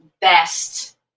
best